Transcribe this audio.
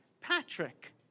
Patrick